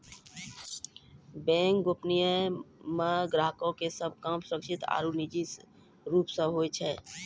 bank गोपनीयता मे ग्राहको के सभ काम सुरक्षित आरु निजी रूप से होय छै